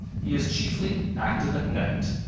he is chiefly active at night,